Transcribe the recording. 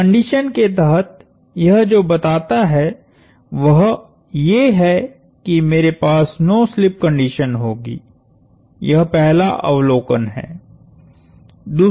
इस कंडीशन के तहत यह जो बताता है वह ये है कि मेरे पास नो स्लिप कंडीशन होगी यह पहला अवलोकन है